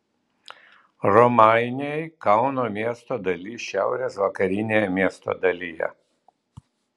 romainiai kauno miesto dalis šiaurės vakarinėje miesto dalyje